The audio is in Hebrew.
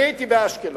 אני הייתי באשקלון,